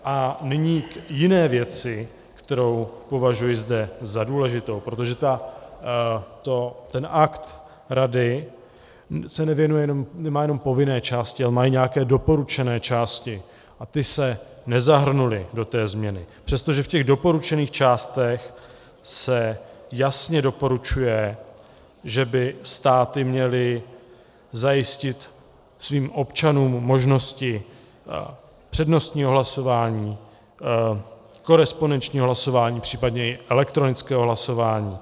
A nyní k jiné věci, kterou považuji zde za důležitou, protože ten akt Rady se nevěnuje, nemá jenom povinné části, ale má i nějaké doporučené části, a ty se nezahrnuly do té změny, přestože v těch doporučených částech se jasně doporučuje, že by státy měly zajistit svým občanům možnosti přednostního hlasování, korespondenčního hlasování, případně i elektronického hlasování.